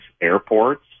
airports